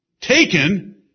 taken